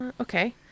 Okay